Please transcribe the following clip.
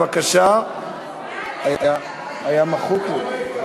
היה מחוק לי.